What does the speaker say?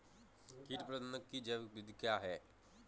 कीट प्रबंधक की जैविक विधि क्या है?